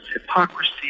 hypocrisy